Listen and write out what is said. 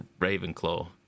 Ravenclaw